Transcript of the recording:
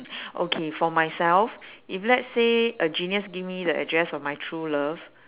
okay for myself if let's say a genius give me the address of my true love